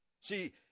See